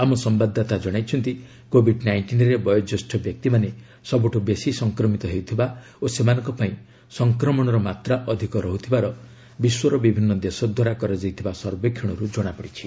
ଆମ ସମ୍ଭାଦାଦାତା ଜଣାଇଛନ୍ତି କୋବିଡ୍ ନାଇଷିନ୍ରେ ବୟୋଜ୍ୟେଷ୍ଠ ବ୍ୟକ୍ତିମାନେ ସବ୍ରଠ ବେଶି ସଂକ୍ରମିତ ହେଉଥିବା ଓ ସେମାନଙ୍କ ପାଇଁ ସଂକ୍ରମଣର ମାତ୍ରା ଅଧିକ ରହୁଥିବାର ବିଶ୍ୱର ବିଭିନ୍ନ ଦେଶଦ୍ୱାରା କରାଯାଇଥିବା ସର୍ବେକ୍ଷଣରୁ ଜଣାପଡ଼ିଛି